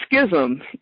schism